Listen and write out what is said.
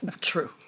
True